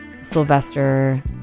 Sylvester